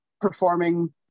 performing